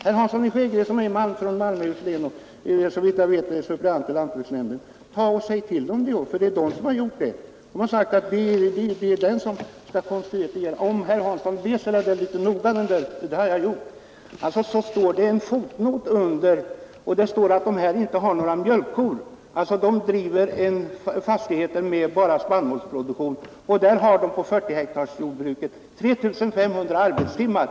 Herr Hansson i Skegrie, som är från Malmöhus län och såvitt jag vet också är suppleant i lantbruksnämnden, tala med dem om det här. Om herr Hansson läser den där handlingen med en smula noggrannhet — det har jag gjort — skall han finna en fotnot som anger att den där jordbrukarfamiljen inte har några mjölkkor. På 40 hektars jordbruk har de 3 500 arbetstimmar.